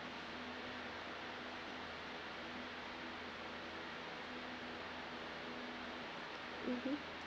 mmhmm